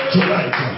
Tonight